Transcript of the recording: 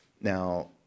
Now